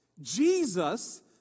Jesus